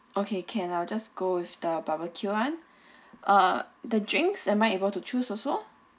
okay can I'll just go with the barbecue one uh the drinks am I able to choose also